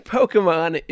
Pokemon